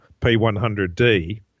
P100D